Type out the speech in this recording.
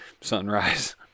sunrise